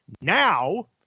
now